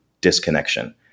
disconnection